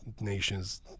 nations